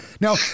now